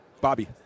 Bobby